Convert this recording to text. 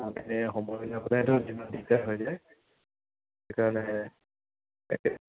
এনেই সময় উলিয়াবলৈ ধৰক দিনত দিগদাৰ হৈ যায় সেইকাৰণে